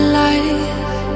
life